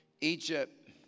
Egypt